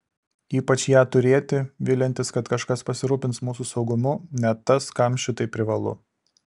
ypač ją turėti viliantis kad kažkas pasirūpins mūsų saugumu net tas kam šitai privalu